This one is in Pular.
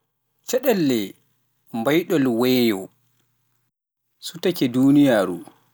Nɗiye matsalaaji mawnuɗe suuti duniyaaru hannade?